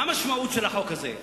מה המשמעות של החוק הזה?